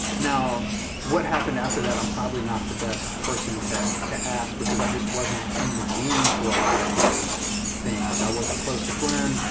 now what happened after that, i'm probably not the best person to to ask, because i just wasn't in the room for a lot of those things. i wasn't close to flynn.